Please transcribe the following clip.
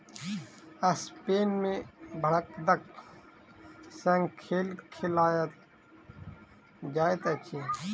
Spain मे बड़दक संग खेल खेलायल जाइत अछि